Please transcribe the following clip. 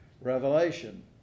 Revelation